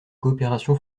coopération